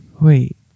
Wait